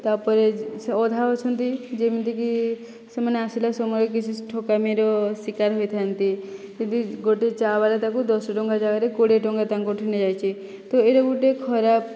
ତା'ପରେ ଅଧା ଅଛନ୍ତି ଯେମିତିକି ସେମାନେ ଆସିଲା ସମୟରେ କିଛି ଠକାମିର ଶିକାର ହୋଇଥାନ୍ତି ଯଦି ଗୋଟିଏ ଚା' ବାଲା ତାଙ୍କୁ ଦଶ ଟଙ୍କା ଜାଗାରେ କୋଡ଼ିଏ ଟଙ୍କା ତାଙ୍କଠୁ ନେଇଯାଇଛି ତ ଏଇଟା ଗୋଟିଏ ଖରାପ